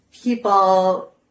People